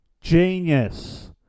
Genius